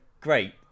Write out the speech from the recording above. great